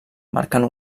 marcant